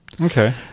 Okay